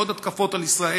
לעוד התקפות על ישראל.